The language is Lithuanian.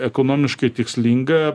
ekonomiškai tikslinga